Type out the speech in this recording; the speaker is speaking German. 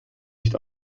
nicht